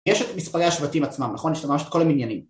יש את מספרי השבטים עצמם, נכון? השתמשת כל המניינים